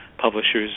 publishers